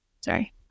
Sorry